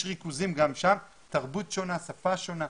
יש ריכוזים גם שם, תרבות שונה, שפה שונה,